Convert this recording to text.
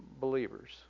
believers